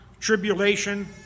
Tribulation